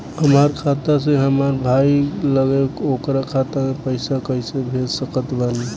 हमार खाता से हमार भाई लगे ओकर खाता मे पईसा कईसे भेज सकत बानी?